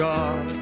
God